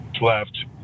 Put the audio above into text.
left